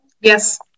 Yes